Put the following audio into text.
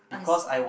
I see